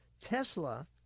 Tesla